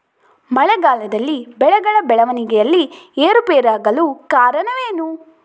ಮಳೆಗಾಲದಲ್ಲಿ ಬೆಳೆಗಳ ಬೆಳವಣಿಗೆಯಲ್ಲಿ ಏರುಪೇರಾಗಲು ಕಾರಣವೇನು?